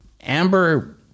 Amber